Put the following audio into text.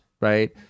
right